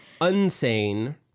Unsane